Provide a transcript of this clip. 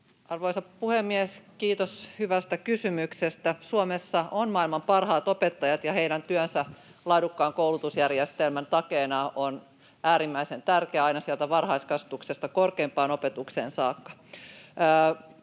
Arvoisa puhemies! Kiitos hyvästä kysymyksestä. Suomessa on maailman parhaat opettajat, ja heidän työnsä laadukkaan koulutusjärjestelmän takeena on äärimmäisen tärkeää aina sieltä varhaiskasvatuksesta korkeimpaan opetukseen saakka.